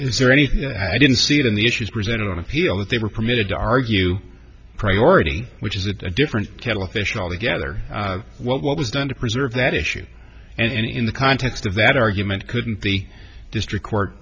is there anything i didn't see it in the issues presented on appeal that they were permitted to argue priority which is a different kettle of fish altogether what was done to preserve that issue and in the context of that argument couldn't the district court